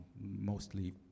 mostly